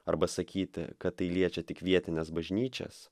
arba sakyti kad tai liečia tik vietines bažnyčias